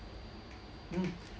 mm